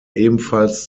ebenfalls